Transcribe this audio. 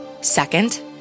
Second